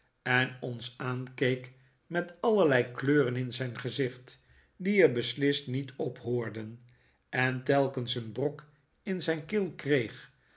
en ons aankeek met allerlei kleuren in zijn gezicht die er beslist niet op hoorden en telkens een brok in zijn keel kreeg